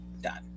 done